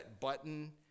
button